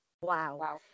Wow